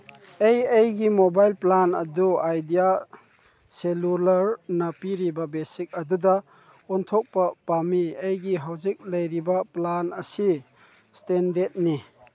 ꯑꯩ ꯑꯩꯒꯤ mobile plan ꯑꯗꯨ ꯑꯥꯏꯗꯤꯌꯥ ꯁꯦꯂꯨꯂꯔꯅ ꯄꯤꯔꯤꯕ ꯕꯦꯁꯤꯛ ꯑꯗꯨꯗ ꯑꯣꯟꯊꯣꯛꯄ ꯄꯥꯝꯏ ꯑꯩꯒꯤ ꯍꯧꯖꯤꯛ ꯂꯩꯔꯤꯕ ꯄ꯭ꯂꯥꯟ ꯑꯁꯤ ꯏꯁꯇꯦꯟꯗꯦꯗꯅꯤ